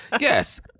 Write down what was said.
Yes